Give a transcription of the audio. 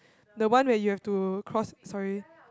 the one where you have to cross sorry